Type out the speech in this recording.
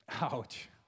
Ouch